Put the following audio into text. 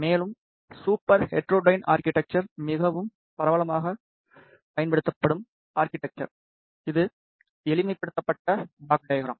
மேலும் super heterodyne architecture மிகவும் பரவலாகப் பயன்படுத்தப்படும் ஆர்கிடெக்ச்சர் இது எளிமைப்படுத்தப்பட்ட ப்ளாக் டையக்ராம்